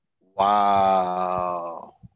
Wow